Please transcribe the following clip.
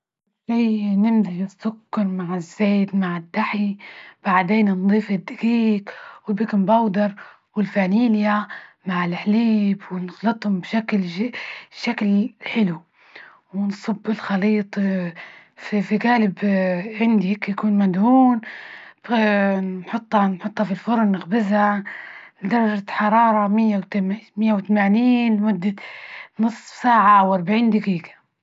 كل شي نمزج السكر مع الزيت مع الدحي، بعدين نضيف الدجيج والبيكنج بودر والفانيليا مع الحليب ونخلطهم بشكل جي بشكل حلو، ونصب الخليط في- في قالب عندى هيكى يكون مدهون نحطها- نحطها في الفرن نخبزها على درجة حرارة مائة وثمانين، مدة نصف ساعة واربعين دجيجة.